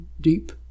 deep